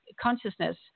consciousness